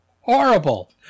Horrible